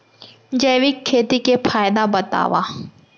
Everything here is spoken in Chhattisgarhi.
जैविक खेती के फायदा बतावा?